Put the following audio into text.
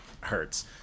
hurts